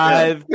Five